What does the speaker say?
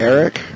Eric